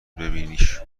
ببینیش